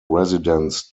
residence